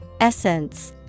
Essence